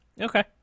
Okay